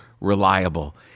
reliable